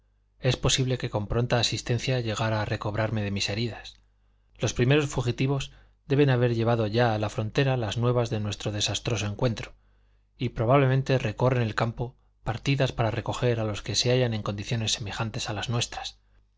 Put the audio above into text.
es posible que con pronta asistencia llegara a recobrarme de mis heridas los primeros fugitivos deben haber llevado ya a la frontera las nuevas de nuestro desastroso encuentro y probablemente recorren el campo partidas para recoger a los que se hallan en condiciones semejantes a las nuestras